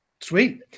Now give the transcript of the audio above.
Sweet